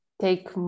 take